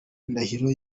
ndahiro